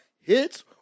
hits